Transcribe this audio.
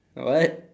what